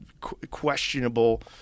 questionable